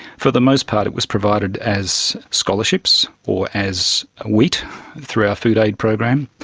for the most part it was provided as scholarships or as wheat through our food aid program,